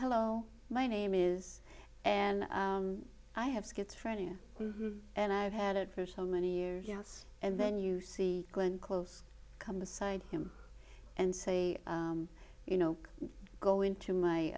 hello my name is and i have schizophrenia and i've had it for so many years yes and then you see glenn close come aside him and say you know go into my